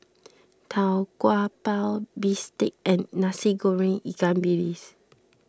Tau Kwa Pau Bistake and Nasi Goreng Ikan Bilis